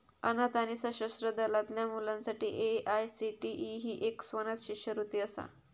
अनाथ आणि सशस्त्र दलातल्या मुलांसाठी ए.आय.सी.टी.ई ही एक स्वनाथ शिष्यवृत्ती असा